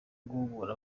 guhugura